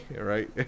right